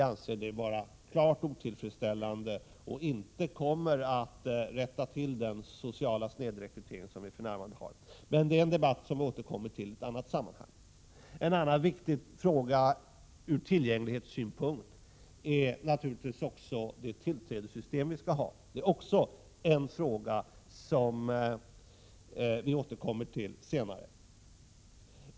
Vi anser detta vara ett klart otillfredsställande förslag som inte kommer att kunna rätta till den nuvarande sociala snedrekryteringen. En annan viktig fråga ur tillgänglighetssynpunkt gäller vilket tillträdessystem vi skall ha. Den frågan återkommer vi till senare.